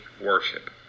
worship